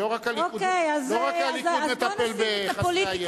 לא רק הליכוד מטפל בחסרי הישע.